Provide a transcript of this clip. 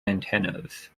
antennas